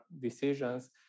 decisions